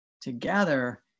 together